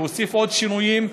להוסיף עוד שינויים,